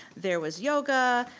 there was yoga,